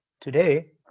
Today